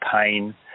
pain